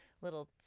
little